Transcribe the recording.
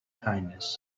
kindness